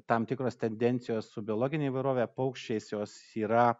tam tikros tendencijos su biologine įvairove paukščiais jos yra